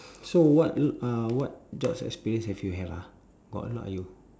so what l~ ah what jobs experience have you have ah got a lot ah you